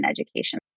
education